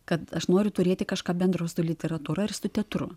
kad aš noriu turėti kažką bendro su literatūra ir su teatru